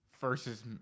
versus